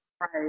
Right